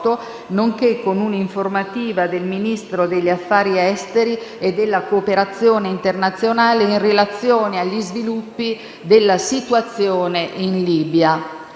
nonché con una informativa del Ministro degli affari esteri e della cooperazione internazionale in relazione agli sviluppi della situazione in Libia.